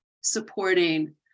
supporting